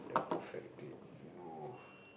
perfect date no